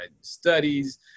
studies